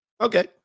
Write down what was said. okay